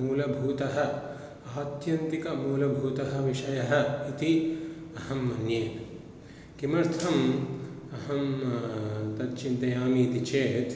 मूलभूतः आत्यन्तिकः मूलभूतः विषयः इति अहं मन्ये किमर्थम् अहं तत् चिन्तयामि इति चेत्